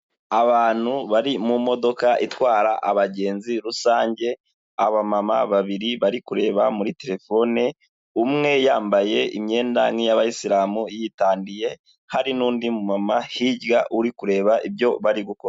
Abantu bari mu modoka itwara abagenzi rusange, abamama babiri bari kureba muri terefone, umwe yambaye imyenda nk'iy'abayisiramu yitangiyeye, hari n'undi mumama hirya uri kureba ibyo bari gukora.